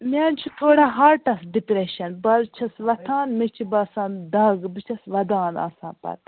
مےٚ حظ چھُ تھوڑا ہاٹس ڈِپریٚشن بہٕ حظ چھس وَتھان مےٚ چھِ باسان دَگ بہٕ چھس ودان آسان پَتہٕ